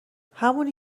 همونی